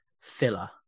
filler